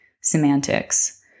semantics